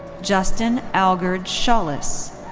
justin algird shaulis.